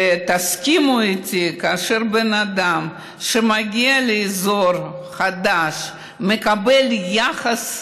ותסכימו איתי שכאשר בן אדם שמגיע לאזור חדש מקבל יחס אישי,